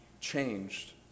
changed